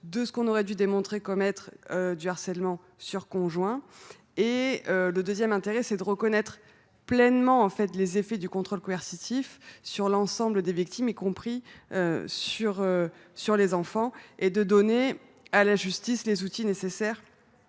une circonstance aggravante du harcèlement sur conjoint. Le second intérêt est de reconnaître pleinement les effets du contrôle coercitif sur l’ensemble des victimes, y compris sur les enfants, et de donner à la justice les outils nécessaires